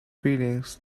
feelings